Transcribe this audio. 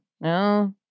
No